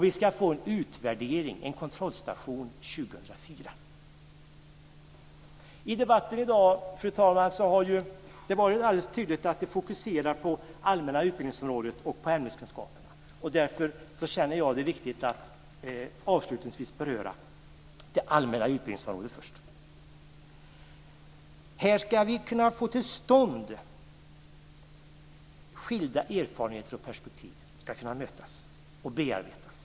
Vi ska få en utvärdering, en kontrollstation, Debatten i dag, fru talman, har alldeles tydligt fokuserats på det allmänna utbildningsområdet och på ämneskunskaperna. Därför känner jag det viktigt att avslutningsvis beröra detta. Jag tar först det allmänna utbildningsområdet. Här ska vi kunna få till stånd att skilda erfarenheter och perspektiv kan mötas och bearbetas.